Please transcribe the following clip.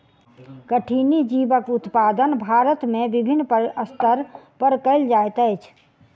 कठिनी जीवक उत्पादन भारत में विभिन्न स्तर पर कयल जाइत अछि